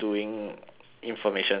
information system [one]